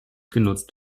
genutzt